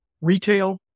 retail